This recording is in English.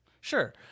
Sure